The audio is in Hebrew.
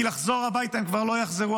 כי לחזור הביתה הם כבר לא יחזרו.